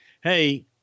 Hey